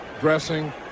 dressing